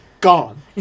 gone